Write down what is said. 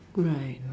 right